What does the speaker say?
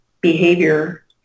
behavior